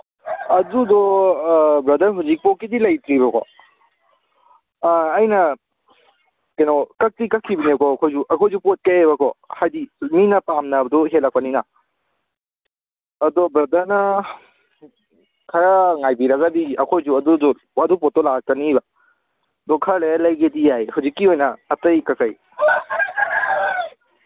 ꯑꯗꯨꯗꯣ ꯕ꯭ꯔꯗꯔ ꯍꯧꯖꯤꯛꯕꯨꯛꯒꯤꯗꯤ ꯂꯩꯇ꯭ꯔꯤꯕꯀꯣ ꯑꯩꯅ ꯀꯩꯅꯣ ꯀꯛꯇꯤ ꯀꯛꯈꯤꯕꯅꯦ ꯑꯩꯈꯣꯏꯁꯨ ꯑꯩꯈꯣꯏꯁꯨ ꯄꯣꯠ ꯀꯛꯑꯦꯕꯀꯣ ꯍꯥꯏꯗꯤ ꯃꯤ ꯄꯥꯝꯅꯕꯗꯨ ꯍꯦꯜꯂꯛꯄꯅꯤꯅ ꯑꯗꯣ ꯕ꯭ꯔꯗꯔꯅ ꯈꯔ ꯉꯥꯏꯕꯤꯔꯒꯗꯤ ꯑꯩꯈꯣꯏꯁꯨ ꯑꯗꯨꯗꯨ ꯑꯗꯨ ꯄꯣꯠꯇꯣ ꯂꯥꯛꯀꯅꯤꯕ ꯑꯗꯣ ꯈꯔ ꯂꯩꯔ ꯂꯩꯒꯦꯗꯤ ꯌꯥꯏ ꯍꯧꯖꯤꯛꯀꯤ ꯑꯣꯏꯅ ꯑꯇꯩ ꯀꯔꯤ ꯀꯔꯤ